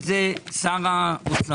אמר את זה שר האוצר.